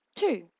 Two